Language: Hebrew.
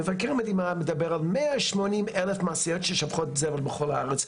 מבקר המדינה מדבר על 180 אלף משאיות ששופכות זבל בכל הארץ,